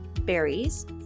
berries